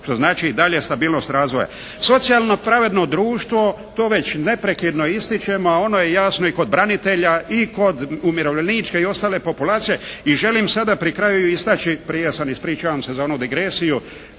što znači dalje stabilnost razvoja. Socijalno pravedno društvo, to već neprekidno ističemo, a ono je jasno i kod branitelja i kod umirovljeničke i kod ostale populacije i želim sada pri kraju istaći, prije sam ispričavam se za onu digresiju